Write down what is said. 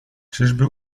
czyżby